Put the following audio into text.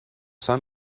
son